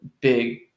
big